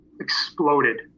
exploded